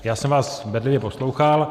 Já jsem vás bedlivě poslouchal.